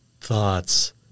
thoughts